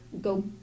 go